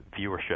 viewership